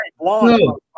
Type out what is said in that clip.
no